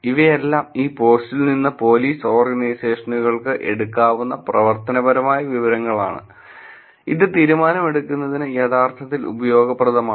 ഇവയെല്ലാം ഈ പോസ്റ്റിൽ നിന്ന് പോലീസ് ഓർഗനൈസേഷനുകൾക്ക് എടുക്കാവുന്ന പ്രവർത്തനപരമായ വിവരങ്ങളാണ് ഇത് തീരുമാനമെടുക്കുന്നതിന് യഥാർത്ഥത്തിൽ ഉപയോഗപ്രദമാണ്